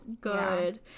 good